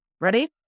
Ready